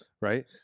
right